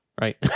Right